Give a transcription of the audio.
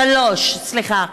שלוש, סליחה.